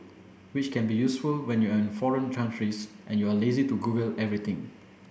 which can be useful when you in foreign country's and you're too lazy to Google everything